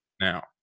now